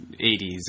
80s